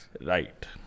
Right